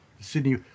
Sydney